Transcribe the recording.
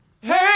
Hey